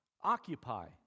Occupy